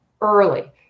early